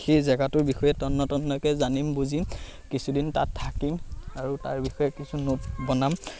সেই জেগাটোৰ বিষয়ে তন্নতন্নকৈ জানিম বুজিম কিছুদিন তাত থাকিম আৰু তাৰ বিষয়ে কিছু নোট বনাম